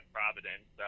Providence